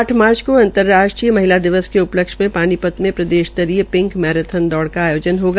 आठ मार्च को अंतर्राष्ट्रीय महिला दिवस के उपलक्ष्य में पानीपत में प्रदेश स्तरीय पिंक मैरेथान दौड़ का आयोजन होगा